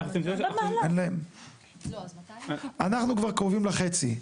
אנחנו כבר קרובים לחצי,